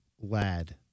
lad